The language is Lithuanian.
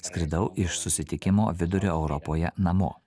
skridau iš susitikimo vidurio europoje namo